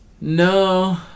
No